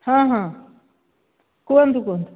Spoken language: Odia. ହଁ ହଁ କୁହନ୍ତୁ କୁହନ୍ତୁ